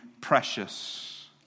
precious